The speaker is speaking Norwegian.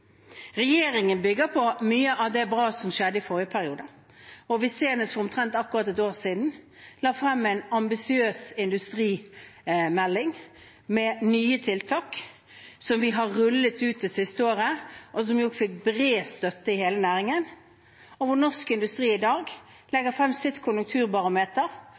Regjeringen bygger på mye av det gode som skjedde i forrige periode. Senest for omtrent et år siden la vi frem en ambisiøs industrimelding med nye tiltak, som vi har rullet ut det siste året, og som fikk bred støtte i hele næringen. Norsk Industri legger i dag frem sitt konjunkturbarometer,